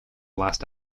last